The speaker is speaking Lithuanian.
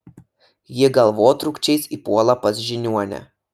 ji galvotrūkčiais įpuola pas žiniuonę